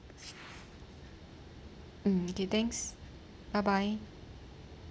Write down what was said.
hmm okay thanks bye bye